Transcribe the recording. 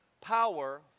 power